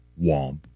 womp